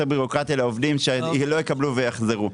ביורוקרטיה לעובדים שלא יקבלו ויחזרו.